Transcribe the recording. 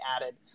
added